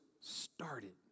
started